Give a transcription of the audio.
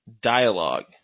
Dialogue